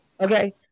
Okay